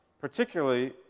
Particularly